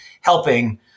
helping